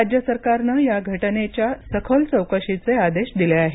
राज्य सरकारनं या घटनेच्या सखोल चौकशीचे आदेश दिले आहेत